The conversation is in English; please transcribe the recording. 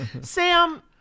Sam